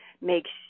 makes